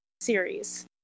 series